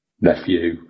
nephew